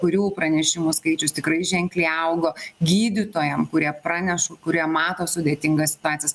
kurių pranešimų skaičius tikrai ženkliai augo gydytojam kurie praneša kurie mato sudėtingas situacijas